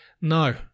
No